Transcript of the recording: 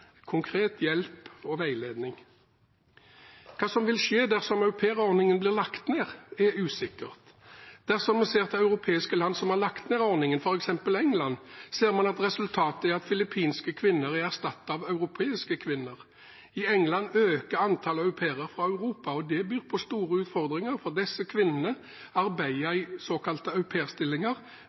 konkret hjelp og veiledning. Hva som vil skje dersom aupairordningen blir lagt ned, er usikkert. Dersom vi ser til europeiske land som har lagt ned ordningen, f.eks. England, ser vi at resultatet er at filippinske kvinner er erstattet med europeiske kvinner. I England øker antallet au pairer fra Europa, og det byr på store utfordringer, for disse kvinnene arbeider i såkalte